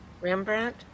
Rembrandt